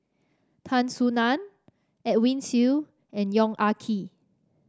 Tan Soo Nan Edwin Siew and Yong Ah Kee